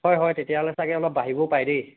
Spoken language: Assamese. হয় হয় তেতিয়াহ'লে চাগে অলপ বাঢ়িবও পাৰে দেই